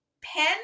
pen